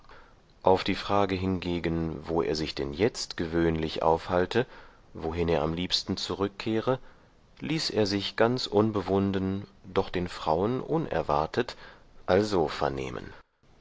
auf die frage hingegen wo er sich denn jetzt gewöhnlich aufhalte wohin er am liebsten zurückkehre ließ er sich ganz unbewunden doch den frauen unerwartet also vernehmen